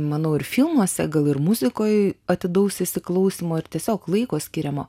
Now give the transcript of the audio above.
manau ir filmuose gal ir muzikoj atidaus įsiklausymo ir tiesiog laiko skiriamo